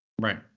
Right